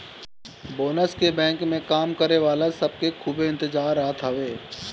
bonus के bank में काम करे वाला सब के खूबे इंतजार रहत हवे